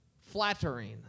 flattering